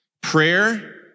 Prayer